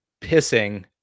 pissing